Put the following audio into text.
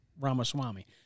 Ramaswamy